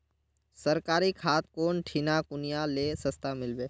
सरकारी खाद कौन ठिना कुनियाँ ले सस्ता मीलवे?